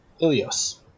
Ilios